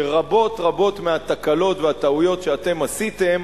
שרבות רבות מהתקלות והטעויות שאתם עשיתם,